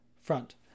front